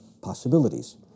possibilities